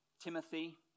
Timothy